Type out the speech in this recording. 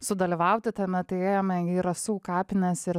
sudalyvauti tame tai ėjome į rasų kapines ir